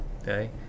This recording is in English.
Okay